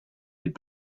had